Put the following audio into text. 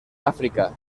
áfrica